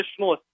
traditionalist